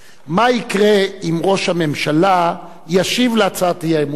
מה יקרה אם ראש הממשלה ישיב על הצעת האי-אמון שלך?